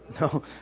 No